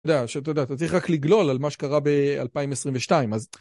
תודה, שאתה יודע, אתה צריך רק לגלול על מה שקרה ב-2022, אז...